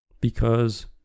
Because